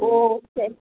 ஓ சரி